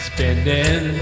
Spending